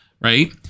Right